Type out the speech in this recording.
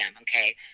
okay